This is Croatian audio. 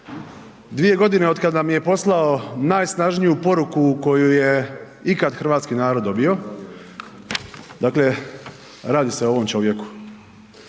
2 godine otkad nam je poslao najsnažniju poruku koju je ikad hrvatski narod dobio. Dakle, radi se o ovom čovjeku.